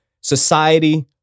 society